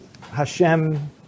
Hashem